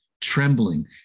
trembling